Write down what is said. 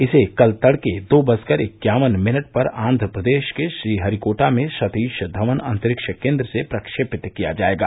इसे कल तड़के दो बजकर इक्यावन मिनट पर आन्ध्रप्रदेश के श्रीहरिकोटा में सतीश धवन अंतरिक्ष केन्द्र से प्रक्षेपित किया जायेगा